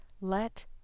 Let